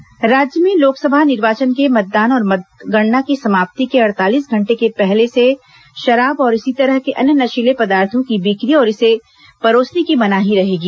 मतदान शृष्क दिवस राज्य में लोकसभा निर्वाचन के मतदान और मतगणना की समाप्ति के अड़तालीस घंटे के पहले से शराब और इसी तरह के अन्य नशीले पदार्थों की बिक्री और इसे परोसने की मनाही रहेगी